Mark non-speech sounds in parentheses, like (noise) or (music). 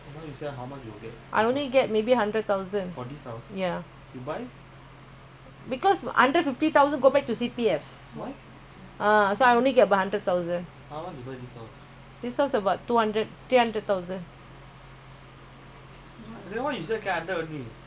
ah so I only get about hundred thousand this house about two hundred three hunded thousand C_P_F hundred fifty thousand ah (noise) that one different when I bank then can get lah